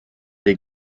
des